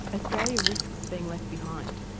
australia risks being left behind.